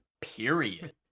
period